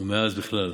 ומאז בכלל.